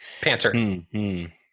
Panther